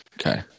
Okay